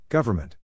Government